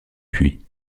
puy